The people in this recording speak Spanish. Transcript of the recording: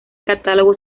catálogo